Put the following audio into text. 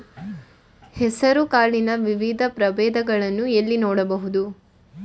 ಹೆಸರು ಕಾಳಿನ ವಿವಿಧ ಪ್ರಭೇದಗಳನ್ನು ಎಲ್ಲಿ ನೋಡಬಹುದು?